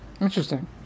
Interesting